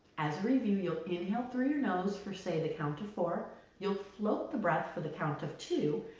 as review you'll inhale through your nose for say the count of four, you'll float the breath for the count of two,